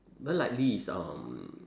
mine likely is um